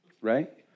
right